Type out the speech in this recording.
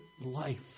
life